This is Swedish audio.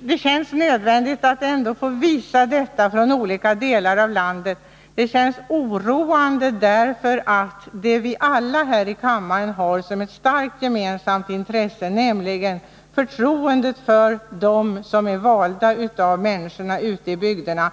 det känns nödvändigt att från olika delar av landet ändå få visa på detta. Det känns oroande därför att vi alla här i kammaren har ett starkt gemensamt intresse i förtroendet för dem som är valda av människorna ute i bygderna.